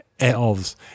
elves